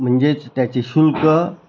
म्हणजेच त्याचे शुल्क